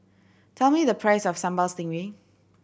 tell me the price of Sambal Stingray